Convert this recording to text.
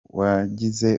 wagize